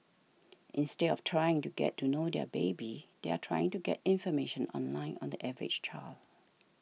instead of trying to get to know their baby they are trying to get information online on the average child